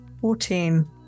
fourteen